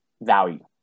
value